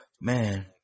man